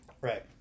Right